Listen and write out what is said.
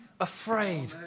afraid